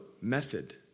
method